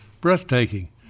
breathtaking